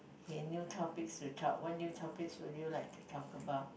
okay new topics to talk what new topics would you like to talk about